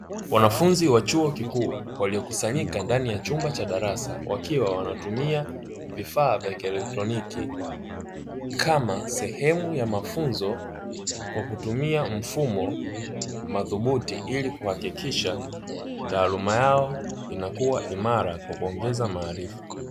Wanafunzi wa chuo kikuu waliokusanyika ndani ya chumba cha darasa, wakiwa wanatumia vifaa vya kielektroniki kama sehemu ya mafunzo kwa kutumia mfumo madhubuti, ili kuhakikisha taaluma yao inakuwa imara kwa kuongeza maarifa.